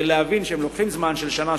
להבין שהם לוקחים זמן של שנה,